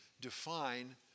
define